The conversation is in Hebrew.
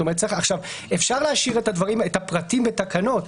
אפשר להשאיר את הפרטים בתקנות,